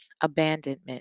abandonment